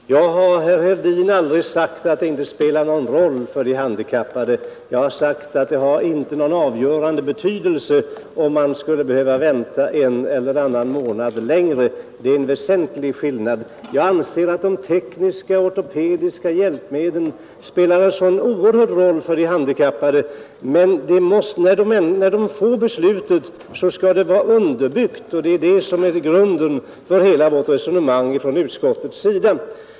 Herr talman! Jag har, herr Hedin, aldrig sagt att väntetiden inte spelar någon roll för de handikappade. Jag har sagt att det inte har någon avgörande betydelse om man skulle få vänta en eller annan månad längre. Det är en väsentlig skillnad. Jag anser att de tekniska och ortopediska hjälpmedlen spelar en oerhört stor roll för de handikappade, men när de får beslutet skall det vara underbyggt. Det är det som är grunden för hela vårt resonemang i utskottet.